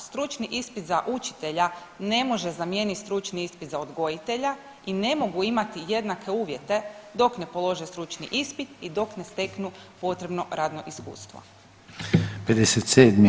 Stručni ispit za učitelja ne može zamijeniti stručni ispit za odgojitelja i ne mogu imati jednake uvjete dok ne polože stručni ispit i dok ne steknu potrebno radno iskustvo.